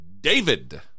David